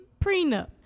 prenup